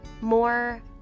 more